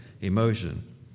emotion